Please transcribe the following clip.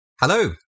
Hello